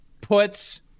puts